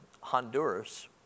Honduras